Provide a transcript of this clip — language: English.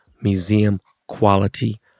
museum-quality